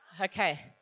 Okay